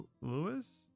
Lewis